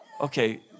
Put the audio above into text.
Okay